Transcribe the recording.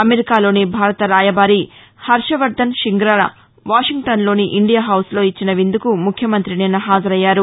అమెరికాలోని భారత రాయబారి హర్షవర్దన్ షింగ్లా వాషింగ్టన్లోని ఇండియా హౌస్లో ఇచ్చిన విందుకు ముఖ్యమంత్రి నిన్న హాజరయ్యారు